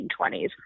1920s